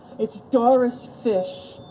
it's doris fish.